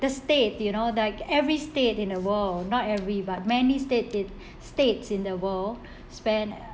the state you know that every state in the world not every but many state it states in the world spend